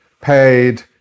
paid